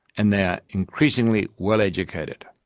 and they are increasingly well-educated.